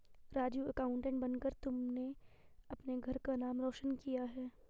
Raju accountant बनकर तुमने अपने घर का नाम रोशन किया है